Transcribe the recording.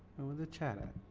the chatter?